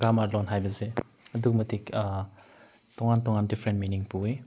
grammar ꯂꯣꯟ ꯍꯥꯏꯕꯁꯦ ꯑꯗꯨꯛꯀꯤ ꯃꯇꯤꯛ ꯇꯣꯡꯉꯥꯟ ꯇꯣꯡꯉꯥꯟ ꯗꯤꯐꯔꯦꯟ ꯃꯤꯅꯤꯡ ꯄꯨꯏ